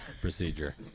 procedure